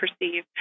perceive